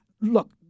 Look